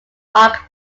arc